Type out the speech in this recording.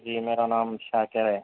جی میرا نام شاکر ہے